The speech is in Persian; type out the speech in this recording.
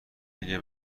اگه